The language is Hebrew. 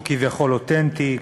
שהוא כביכול אותנטי,